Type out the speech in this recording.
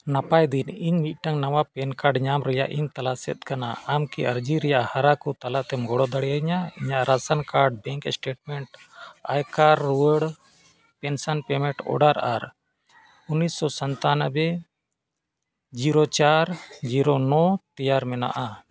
ᱱᱟᱯᱟᱭ ᱫᱤᱱ ᱤᱧ ᱢᱤᱫᱴᱟᱝ ᱱᱟᱣᱟ ᱯᱮᱱ ᱠᱟᱨᱰ ᱧᱟᱢ ᱨᱮᱭᱟᱜ ᱤᱧ ᱛᱚᱞᱟᱥᱮᱫ ᱠᱟᱱᱟ ᱟᱢ ᱠᱤ ᱟᱹᱨᱡᱤ ᱨᱮᱭᱟᱜ ᱦᱚᱨᱟ ᱠᱚ ᱛᱟᱞᱟᱛᱮᱢ ᱜᱚᱲᱚ ᱫᱟᱲᱮᱭᱤᱧᱟᱹ ᱤᱧᱟᱹᱜ ration card bank statement I card ᱨᱩᱣᱟᱹᱲ ᱯᱮᱱᱥᱚᱱ ᱯᱮᱢᱮᱱᱴ ᱚᱰᱟᱨ ᱟᱨ ᱩᱱᱤᱥᱥᱚ ᱥᱟᱛᱟᱱᱚᱵᱵᱳᱭ ᱡᱤᱨᱳ ᱪᱟᱨ ᱡᱤᱨᱳ ᱱᱚ ᱛᱮᱭᱟᱨ ᱢᱮᱱᱟᱜᱼᱟ